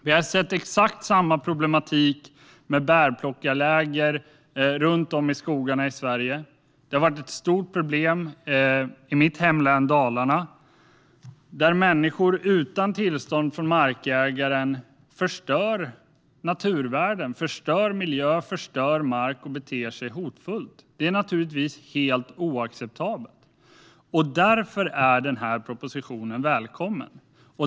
Vi har sett exakt samma problematik med bärplockarläger runt om i Sveriges skogar. Det har varit ett stort problem i mitt hemlän Dalarna, där människor utan tillstånd från markägaren förstör naturvärden, förstör miljön och marken och beter sig hotfullt. Detta är naturligtvis helt oacceptabelt, och därför är den här propositionen välkommen.